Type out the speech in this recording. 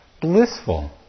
Blissful